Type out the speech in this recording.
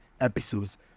episodes